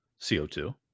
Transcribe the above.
CO2